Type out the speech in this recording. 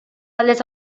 aldez